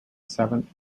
seventh